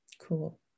Cool